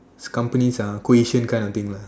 companies ah quotidian kind of thing lah